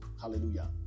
Hallelujah